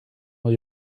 will